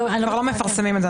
כבר לא מפרסמים את זה.